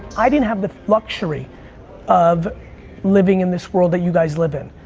i didn't have the luxury of living in this world that you guys live in.